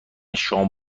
شام